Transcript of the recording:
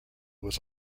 was